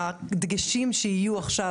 הדגשים שיהיו עכשיו,